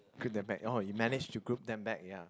group them back oh you manage to group them back ya